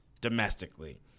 domestically